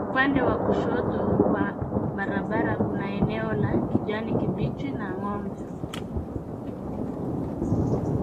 Upande wa kushoto wa barabara kuna eneo la kijani kibichi na ngombe.